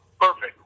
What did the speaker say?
perfect